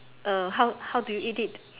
uh how how do you eat it